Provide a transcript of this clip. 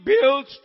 built